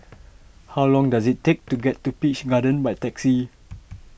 how long does it take to get to Peach Garden by taxi